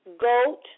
goat